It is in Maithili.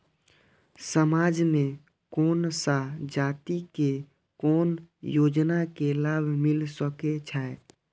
समाज में कोन सा जाति के कोन योजना के लाभ मिल सके छै?